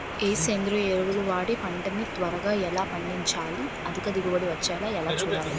ఏ సేంద్రీయ ఎరువు వాడి పంట ని త్వరగా ఎలా పండించాలి? అధిక దిగుబడి వచ్చేలా ఎలా చూడాలి?